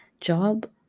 job